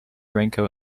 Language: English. raincoat